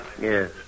Yes